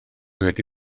wedi